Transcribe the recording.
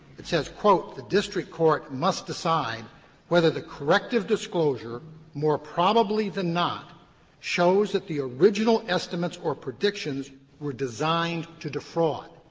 it says, quote the district court must decide whether the corrective disclosure more probably than not shows that the original estimates or predictions were designed to defraud.